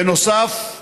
בנוסף,